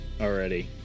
already